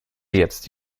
jetzt